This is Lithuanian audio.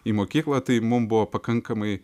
į mokyklą tai mum buvo pakankamai